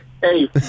Hey